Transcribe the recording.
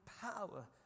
power